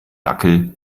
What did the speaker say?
dackel